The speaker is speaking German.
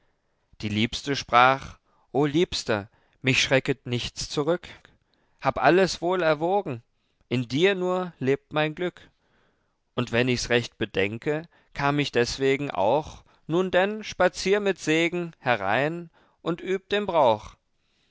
die liebste sprach o liebster mich schrecket nichts zurück hab alles wohl erwogen in dir nur lebt mein glück und wenn ich's recht bedenke kam ich deswegen auch nun denn spazier mit segen herein und üb den brauch